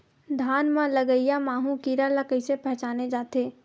धान म लगईया माहु कीरा ल कइसे पहचाने जाथे?